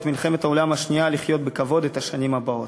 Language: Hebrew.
מלחמת העולם השנייה לחיות בכבוד בשנים הבאות.